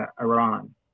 Iran